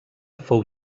fou